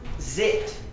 zit